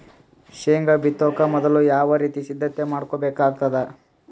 ಶೇಂಗಾ ಬಿತ್ತೊಕ ಮೊದಲು ಯಾವ ರೀತಿ ಸಿದ್ಧತೆ ಮಾಡ್ಬೇಕಾಗತದ?